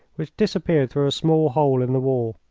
which disappeared through a small hole in the wall.